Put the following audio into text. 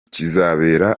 kizabera